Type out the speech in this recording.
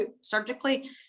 surgically